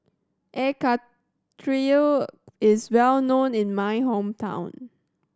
Air Karthira is well known in my hometown